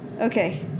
Okay